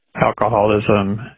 alcoholism